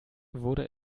wurde